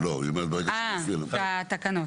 גם בתקנות.